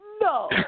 No